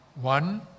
One